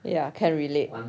ya can relate